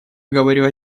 говорю